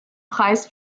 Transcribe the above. preis